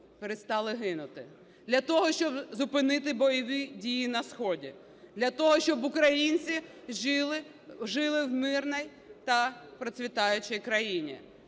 перестали гинути, для того, щоб зупинити бойові дії на сході, для того, щоб українці жили в мирній та процвітаючій країні.